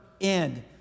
end